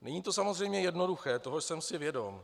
Není to samozřejmě jednoduché, toho jsem si vědom.